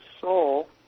soul